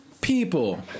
people